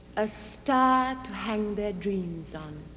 a star to hang their dreams on.